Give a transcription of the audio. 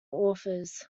authors